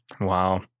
Wow